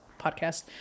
podcast